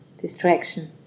distraction